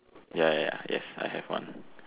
ya ya yes I have one